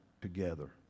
together